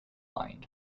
mind